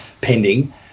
pending